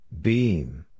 Beam